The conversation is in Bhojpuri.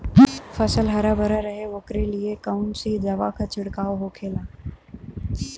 फसल हरा भरा रहे वोकरे लिए कौन सी दवा का छिड़काव होखेला?